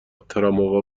تراموا